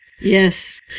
yes